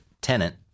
tenant